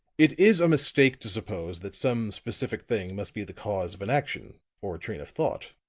it is a mistake to suppose that some specific thing must be the cause of an action, or a train of thought,